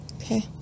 okay